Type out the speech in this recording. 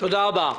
תודה רבה.